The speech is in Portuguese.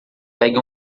pegue